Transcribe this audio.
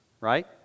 right